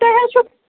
تۄہہ حظ چھو